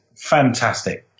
fantastic